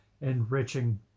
enriching